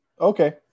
Okay